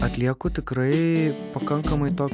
atlieku tikrai pakankamai tok